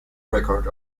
record